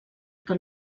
que